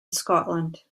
scotland